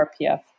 RPF